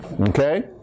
Okay